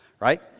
Right